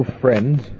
friends